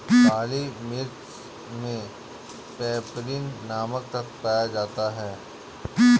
काली मिर्च मे पैपरीन नामक तत्व पाया जाता है